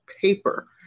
paper